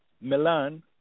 Milan